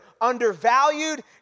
Undervalued